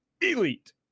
Elite